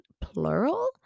Plural